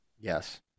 Yes